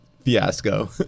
fiasco